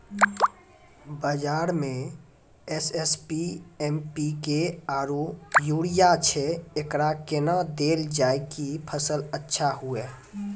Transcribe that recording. बाजार मे SSP, MPK आरु यूरिया छैय, एकरा कैना देलल जाय कि फसल अच्छा हुये?